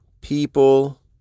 people